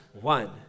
One